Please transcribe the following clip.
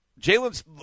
Jalen's